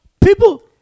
people –